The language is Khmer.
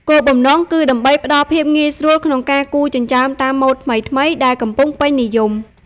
គោលបំណង គឺដើម្បីផ្តល់ភាពងាយស្រួលក្នុងការគូរចិញ្ចើមតាមម៉ូដថ្មីៗដែលកំពុងពេញនិយម។